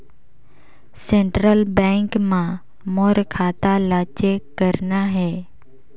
Central bank मां मोर खाता ला चेक करना हे?